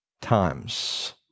times